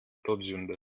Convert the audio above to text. todsünde